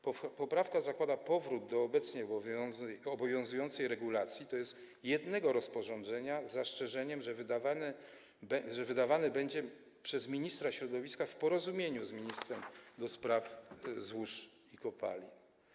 Poprawka zakłada powrót do obecnie obowiązującej regulacji, tj. jednego rozporządzenia, z zastrzeżeniem, że wydawane będzie przez ministra środowiska w porozumieniu z ministrem do spraw złóż kopalin.